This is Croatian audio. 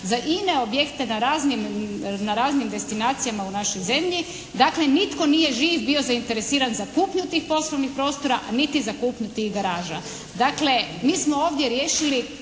za ine objekte na raznim destinacijama u našoj zemlji. Dakle, nitko nije živ bio zainteresiran za kupnju tih poslovnih prostora, a niti za kupnju tih garaža. Dakle, mi smo ovdje riješili